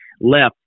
left